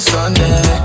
Sunday